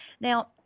Now